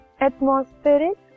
atmospheric